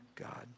God